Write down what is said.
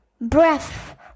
breath